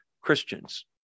Christians